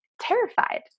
terrified